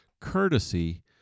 courtesy